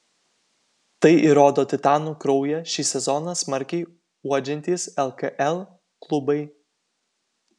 tai įrodo titanų kraują šį sezoną smarkiai uodžiantys lkl klubai